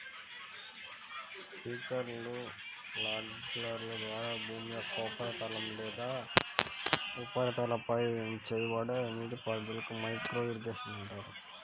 స్ప్రింక్లర్లు, ఫాగర్ల ద్వారా భూమి యొక్క ఉపరితలం లేదా ఉపరితలంపై చేయబడే నీటిపారుదలనే మైక్రో ఇరిగేషన్ అంటారు